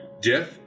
Death